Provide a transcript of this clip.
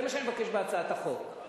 זה מה שאני מבקש בהצעת החוק,